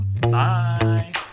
Bye